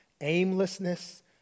aimlessness